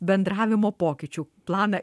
bendravimo pokyčių planą